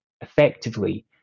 effectively